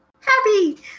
happy